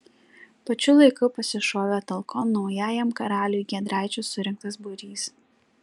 pačiu laiku pasišovė talkon naujajam karaliui giedraičio surinktas būrys